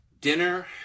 Dinner